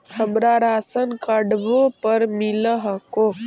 हमरा राशनकार्डवो पर मिल हको?